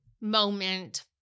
moment